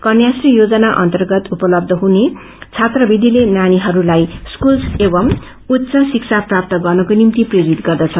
कन्याश्री योजना अन्तर्गत उपलब्ब हुने छात्रवृत्तिले नानीहरूलाई स्कूल एवमू उच्च शिक्षा प्राप्त गर्नको निम्ति प्रेरित गर्दछ